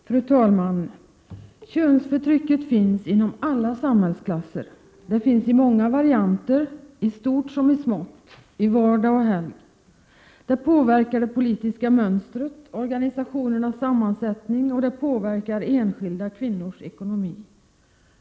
Fru talman! Könsförtrycket finns inom alla samhällsklasser. Det finns i många varianter, i stort som i smått, i vardag och helg; det påverkar det politiska mönstret, organisationernas sammansättning, och det påverkar enskilda kvinnors ekonomi.